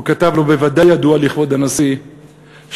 הוא כתב לו: בוודאי ידוע לכבוד הנשיא שהוצאתי